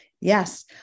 yes